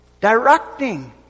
directing